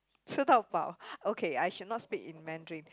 吃到饱：chi dao bao okay I should not speak in Mandarin